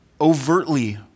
overtly